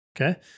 Okay